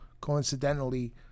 Coincidentally